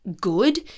good